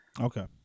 okay